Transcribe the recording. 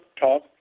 Talk